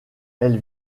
elle